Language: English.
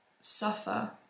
suffer